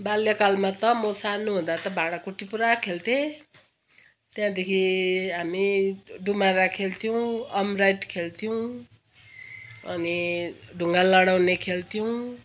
बाल्यकालमा त म सानो हुँदा त भाँडा कुटि पुरा खेल्थेँ त्यहाँदेखि हामी डुमारा खेल्थ्यौँ अम्राइट खेल्थ्यौँ अनि ढुङ्गा लडाउने खेल्थ्यौँ